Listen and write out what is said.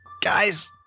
guys